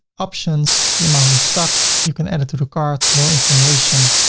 options, the amount of stock, you can add it to the cart more information